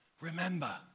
remember